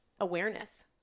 awareness